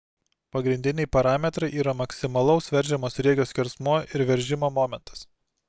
pagrindiniai parametrai yra maksimalaus veržiamo sriegio skersmuo ir veržimo momentas